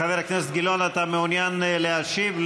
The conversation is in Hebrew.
חבר הכנסת גילאון, אתה מעוניין להשיב?